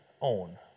own